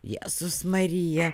jėzus marija